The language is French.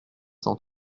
cent